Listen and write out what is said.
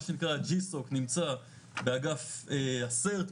מה שנקרא: ג'י סוק נמצא באגף ה- CERT,